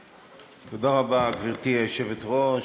זה דבר לא נורמלי.